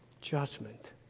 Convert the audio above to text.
judgment